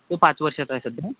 तो पाच वर्षाचा आहे सध्या